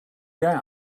down